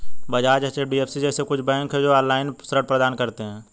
बजाज, एच.डी.एफ.सी जैसे कुछ बैंक है, जो ऑनलाईन ऋण प्रदान करते हैं